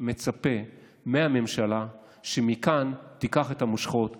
מצפה מהממשלה שמכאן תיקח את המושכות,